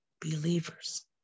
believers